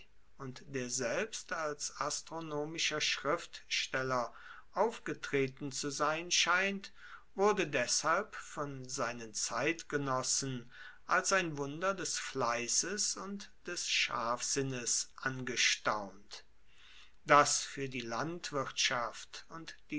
und der selbst als astronomischer schriftsteller aufgetreten zu sein scheint wurde deshalb von seinen zeitgenossen als ein wunder des fleisses und des scharfsinnes angestaunt dass fuer die landwirtschaft und